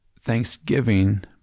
Thanksgiving